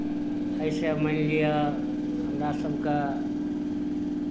एहिसँ मानि लिअ हमरा सभकेँ